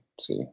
see